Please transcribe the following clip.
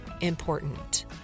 important